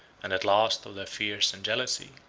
and at last of their fears and jealousy.